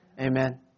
Amen